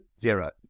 Zero